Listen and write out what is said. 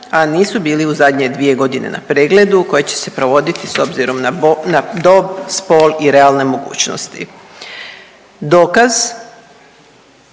a nisu bili u zadnje 2 godine na pregledu koje će se provoditi s obzirom na dob, spol i realne mogućnosti. Dokaz